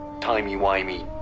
timey-wimey